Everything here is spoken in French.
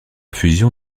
fusion